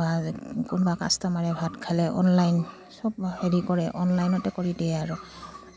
বা কোনোবা কাষ্টমাৰে ভাত খালে অনলাইন চব হেৰি কৰে অনলাইনতে কৰি দিয়ে আৰু